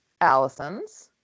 Allison's